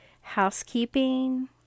housekeeping